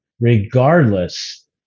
regardless